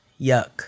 Yuck